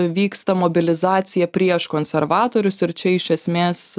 vyksta mobilizacija prieš konservatorius ir čia iš esmės